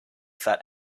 fat